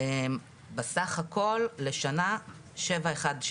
בסך הכל לשנה 716,